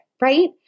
right